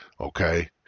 Okay